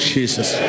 Jesus